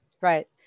right